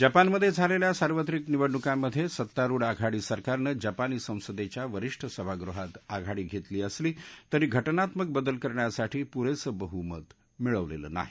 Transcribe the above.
जपानमध झालखी सार्वत्रिक निवडणूकांमध सित्तारुढ आघाडी सरकारनं जपानी संसदखी वरिष्ठ सभागृहात आघाडी घरिली असली तरी घ क्रित्मक बदल करण्यासाठी पुरस्त बहुमत मिळालसीनाही